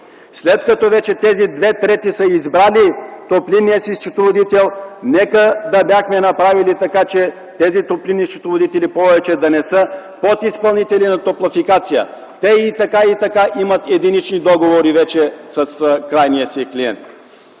след като тези две трети са избрали топлинния си счетоводител, нека да бяхме направили така, че тези топлинни счетоводители повече да не са подизпълнители на „Топлофикация”. Те, така и така, имат единични договори вече с крайния си клиент.